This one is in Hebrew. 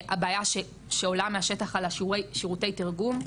הבעיה שעולה מהשטח על שירותי התרגום,